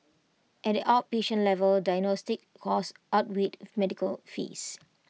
at the outpatient level diagnostic costs outweighed medical fees